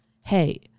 hey